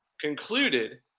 concluded